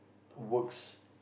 works